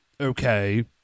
Okay